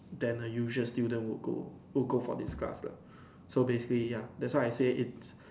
than a usual student would go would go for this class lah so basically ya that's why I said it's